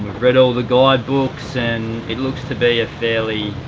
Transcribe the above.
read all the guide books and it looks to be a fairly